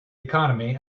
economy